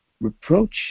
reproach